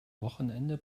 wochenende